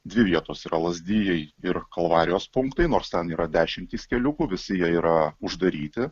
dvi vietos yra lazdijai ir kalvarijos punktai nors ten yra dešimtys keliukų visi jie yra uždaryti